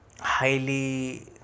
highly